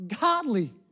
godly